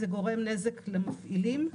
זה גורם נזק למפעילים.